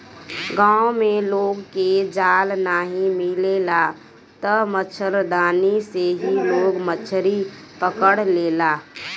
गांव में लोग के जाल नाइ मिलेला तअ मछरदानी से ही लोग मछरी पकड़ लेला